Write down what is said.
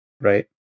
right